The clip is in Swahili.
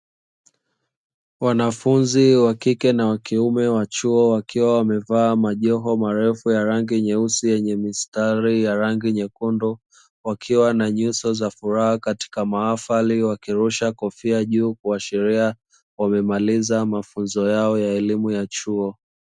Wanafunzi wa kike na wa kiume wa chuo, wakiwa wamevaa majoho marefu ya rangi nyeusi yenye mistari ya rangi nyekundu, wakiwa na nyuso za furaha katika mahafali, wakirusha kofia juu. Kuashiria wamemaliza mafunzo yao ya elimu ya chuo.